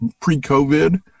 pre-COVID